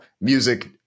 music